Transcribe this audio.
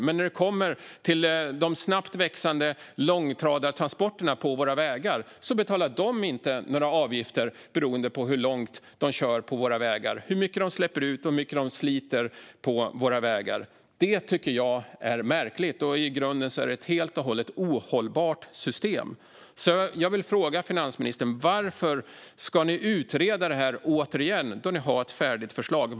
Men när det kommer till de snabbt ökande långtradartransporterna på våra vägar betalar de inte några avgifter utifrån hur långt de kör på våra vägar, hur mycket de släpper ut och hur mycket de sliter på vägarna. Det tycker jag är märkligt, och i grunden är det ett helt och hållet ohållbart system. Jag vill därför fråga finansministern: Varför ska ni utreda det här på nytt när ni har ett färdigt förslag?